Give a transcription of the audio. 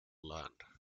land